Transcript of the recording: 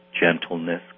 gentleness